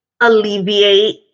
Alleviate